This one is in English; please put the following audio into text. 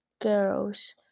girls